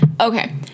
Okay